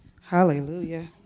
Hallelujah